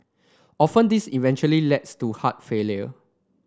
often this eventually leads to heart failure